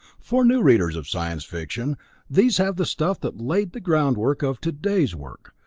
for new readers of science-fiction these have the stuff that laid the groundwork of today's work,